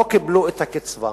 לא קיבלו את הקצבה.